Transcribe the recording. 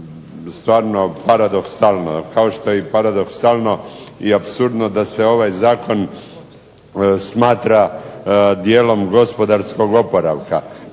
stvarno paradoksalno, kao što je i paradoksalno i apsurdno da se ovaj zakon smatra dijelom gospodarskog oporavka.